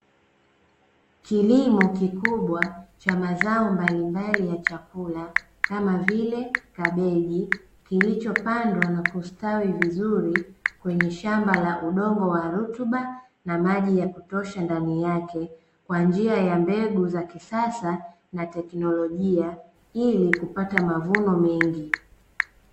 Kilimo kikubwa cha mazao mbalimbali ya chakula kama vile kabeji, kilichopandwa na kusitawi vizuri kwenye shamba la udongo wa rutuba na maji ya kutosha ndani yake, kwa njia ya mbegu za kisasa na teknolojia, ili kupata mavuno mengi.